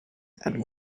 and